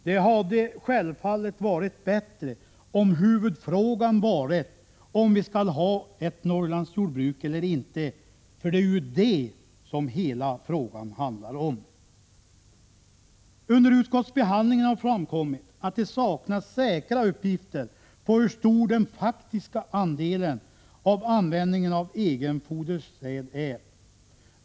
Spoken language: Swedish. Det hade självfallet varit bättre om huvudfrågan varit om vi skall ha ett Norrlandsjordbruk eller inte, det är ju detta hela frågan handlar om. Under utskottsbehandlingen har framkommit att det saknas säkra uppgifter på hur stor den faktiska andelen av användningen av egen fodersäd är.